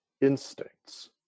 instincts